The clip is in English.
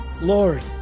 Lord